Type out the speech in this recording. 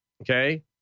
Okay